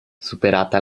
superata